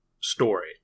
story